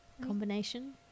combination